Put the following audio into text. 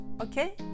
Okay